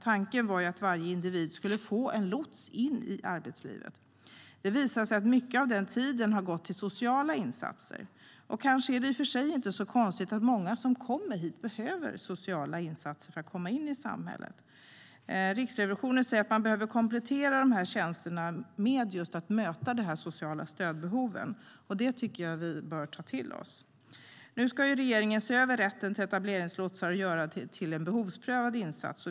Tanken var att varje individ skulle få en lots in i arbetslivet. Det visade sig att mycket av tiden har gått till sociala insatser. Kanske är det i och för sig inte så konstigt att många som kommer hit behöver sociala insatser för att komma in i samhället. Riksrevisionen säger att man behöver komplettera dessa tjänster med de sociala stödbehoven. Det tycker jag att vi bör ta till oss. Nu ska regeringen se över rätten till etableringslotsar och göra det till en behovsprövad insats.